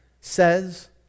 says